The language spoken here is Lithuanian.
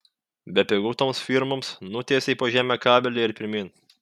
bepigu toms firmoms nutiesei po žeme kabelį ir pirmyn